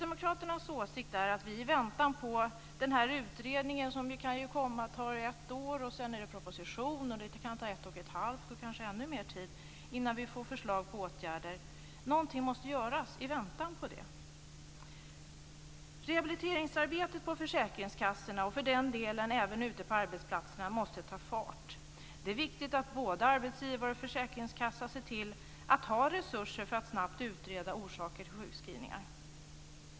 Det kan ta ett år innan den här utredningen kommer, och sedan ska det komma en proposition, och det kan ta ett och ett halvt år eller kanske ännu mer tid, innan vi får förslag på åtgärder. Kristdemokraternas åsikt är att någonting måste göras i väntan på detta. Rehabiliteringsarbetet på försäkringskassorna, och för den delen även ute på arbetsplatserna, måste ta fart. Det är viktigt att både arbetsgivare och försäkringskassa ser till att ha resurser för att snabbt utreda orsaker till sjukskrivningar.